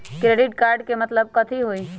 Credit card के मतलब कथी होई?